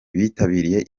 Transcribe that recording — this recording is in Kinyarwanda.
bitabiriye